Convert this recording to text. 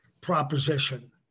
proposition